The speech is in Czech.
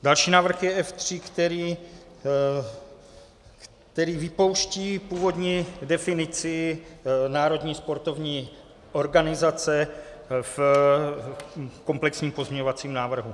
Další návrh je F3, který vypouští původní definici Národní sportovní organizace v komplexním pozměňovacím návrhu.